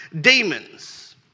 demons